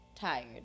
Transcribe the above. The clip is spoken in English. Tired